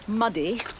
Muddy